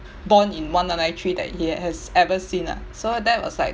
born in one nine nine three that he has ever seen lah so that was like